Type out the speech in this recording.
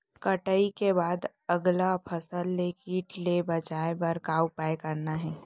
कटाई के बाद अगला फसल ले किट ले बचाए बर का उपाय करना हे?